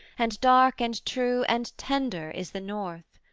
and dark and true and tender is the north.